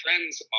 trends